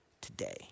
today